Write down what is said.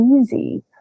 easy